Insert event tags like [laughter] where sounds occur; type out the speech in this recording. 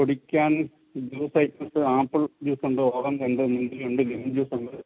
കുടിക്കാൻ juice items apple juice ഉണ്ട് orange ഉണ്ട് മുന്തിരിയുണ്ട് [unintelligible] ജൂസ് ഉണ്ട്